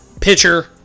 pitcher